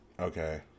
Okay